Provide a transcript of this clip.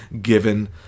given